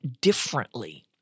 differently